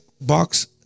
box